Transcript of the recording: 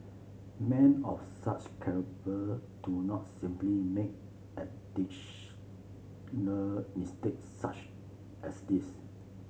men of such do not simply make mistake such as this